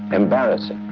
embarrassing.